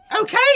Okay